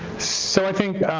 so i think